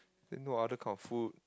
then no other kind of food